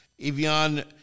Evian –